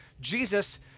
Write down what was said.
Jesus